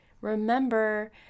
Remember